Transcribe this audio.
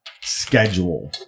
schedule